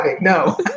no